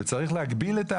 וצריך להגביל את האדם.